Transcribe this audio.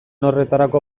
horretarako